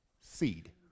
Seed